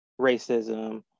racism